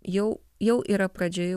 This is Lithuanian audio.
jau jau yra pradžia jau